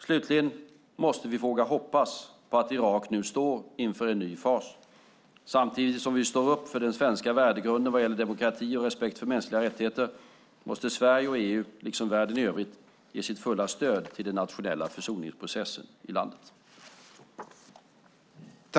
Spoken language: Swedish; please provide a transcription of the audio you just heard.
Slutligen måste vi våga hoppas på att Irak nu står inför en ny fas. Samtidigt som vi står upp för den svenska värdegrunden vad gäller demokrati och respekt för mänskliga rättigheter måste Sverige och EU - liksom världen i övrigt - ge sitt fulla stöd till den nationella försoningsprocessen i landet.